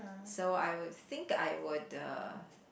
so I would think I would a